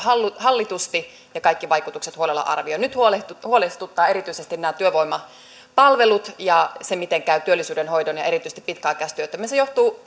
hallitusti ja kaikki vaikutukset huolella arvioiden nyt huolestuttaa erityisesti nämä työvoimapalvelut ja se miten käy työllisyyden hoidon ja erityisesti pitkäaikaistyöttömien se johtuu